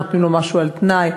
נותנים לו משהו על תנאי,